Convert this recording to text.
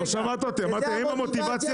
אמרתי: האם המוטיבציה